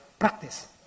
practice